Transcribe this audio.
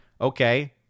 okay